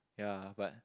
ya but